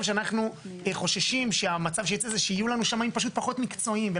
שאנחנו חוששים שהמצב שיהיה זה שיהיו לנו שמאים פחות מקצועיים פשוט.